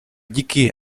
díky